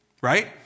right